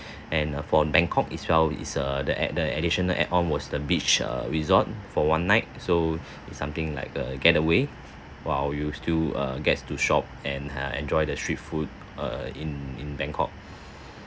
and uh for bangkok is well is a the ad~ the additional add on was the beach err resort for one night so it's something like a getaway while you still err gets to shop and ah enjoy the street food err in in bangkok